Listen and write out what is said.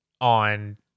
on